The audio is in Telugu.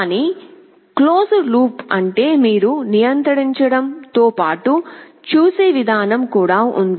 కానీ క్లోజ్డ్ లూప్ అంటే మీరు నియంత్రించడం తో బాటు చూసే విధానం కూడా ఉంది